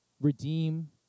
redeem